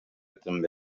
també